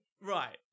Right